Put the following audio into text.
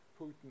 Putin